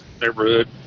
neighborhood